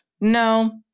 No